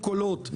חוק?